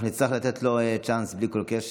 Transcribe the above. אנחנו נצטרך לתת לו צ'אנס בלי כל קשר.